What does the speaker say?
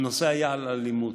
הנושא היה אלימות.